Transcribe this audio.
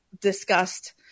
discussed